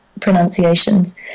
pronunciations